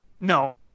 No